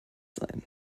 sein